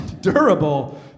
Durable